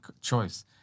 choice